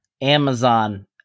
Amazon